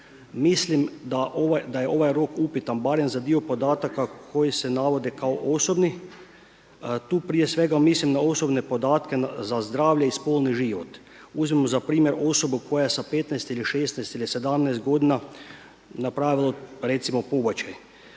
Mislim da je ovaj rok upitan barem za dio podataka koji se navode kao osobni, tu prije svega mislim na podatke za zdravlje i spolni život. Uzmimo za primjer osoba koja je sa 15, 16 ili 17 godina napravila recimo pobačaj.